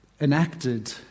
enacted